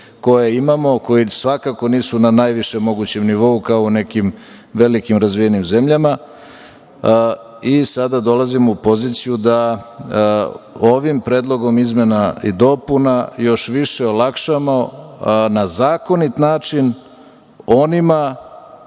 koje imamo, koji svakako nisu na najvišem mogućem nivou kao u nekim velikim, razvijenim zemljama i sada dolazimo u poziciju da ovim predlogom izmena i dopuna još više olakšamo na zakonit način onima